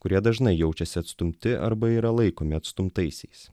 kurie dažnai jaučiasi atstumti arba yra laikomi atstumtaisiais